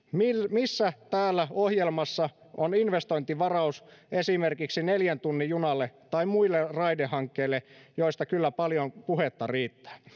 missä täällä ohjelmassa on investointivaraus esimerkiksi neljän tunnin junalle tai muille raidehankkeille joista kyllä paljon puhetta riittää